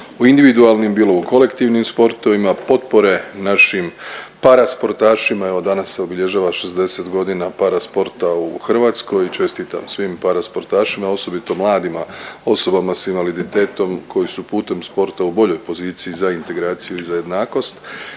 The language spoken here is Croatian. u individualnim, bilo u kolektivnim sportovima. Potpore našim parasportašima, evo danas se obilježava 60 godina parasporta u Hrvatskoj i čestitam svim parasportašima, osobito mladima, osobama s invaliditetom koji su putem sporta u boljoj poziciji za integraciju i za jednakost